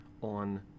on